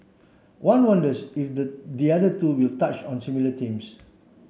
one wonders if the the other two will touch on similar themes